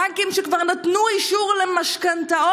בנקים שכבר נתנו אישור למשכנתאות